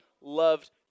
loved